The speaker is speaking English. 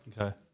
Okay